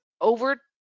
over